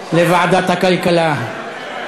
ואת הצעת חוק הבנקאות (שירות ללקוח) (תיקון,